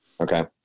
Okay